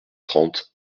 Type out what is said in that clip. trente